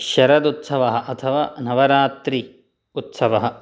शरदोत्सवः अथवा नवरात्रि उत्सवः